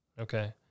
Okay